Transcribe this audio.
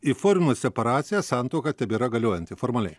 įforminus separaciją santuoka tebėra galiojanti formaliai